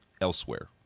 elsewhere